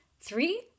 three